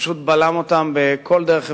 שפשוט בלם אותן בכל דרך אפשרית,